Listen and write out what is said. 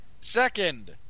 Second